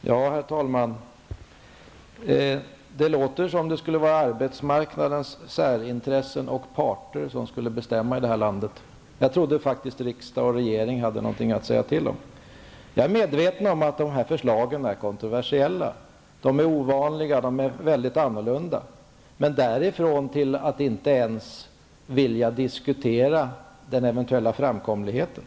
Herr talman! Det låter som om det är arbetsmarknadens särintressen och parter som bestämmer här i landet. Jag trodde faktiskt att riksdag och regering hade något att säga till om. Jag är medveten om att våra förslag är kontroversiella. De är ovanliga och mycket annorlunda. Men bara därför bör man inte avstå från att diskutera den eventuella framkomligheten.